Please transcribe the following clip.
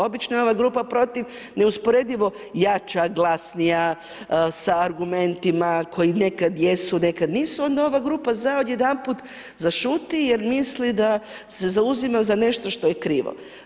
Obično je ova grupa protiv neusporedivo jača, glasnija, sa argumentima koji nekad jesu, nekad nisu onda ova grupa za odjedanput zašuti jer misli da se zauzima za nešto što je krivo.